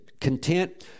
content